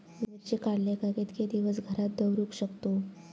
मिर्ची काडले काय कीतके दिवस घरात दवरुक शकतू?